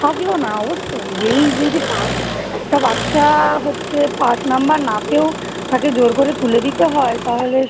থাকলো না অবশ্যই এই যদি পা একটা বাচ্চা হচ্ছে পাশ নম্বর না পেয়েও তাকে জোর করে তুলে দিতে হয় তাহলে স